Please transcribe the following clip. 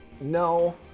No